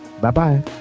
Bye-bye